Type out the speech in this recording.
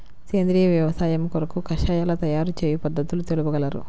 సేంద్రియ వ్యవసాయము కొరకు కషాయాల తయారు చేయు పద్ధతులు తెలుపగలరు?